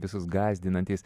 visus gąsdinantys